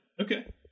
Okay